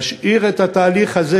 להשאיר את התהליך הזה,